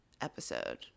episode